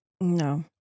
No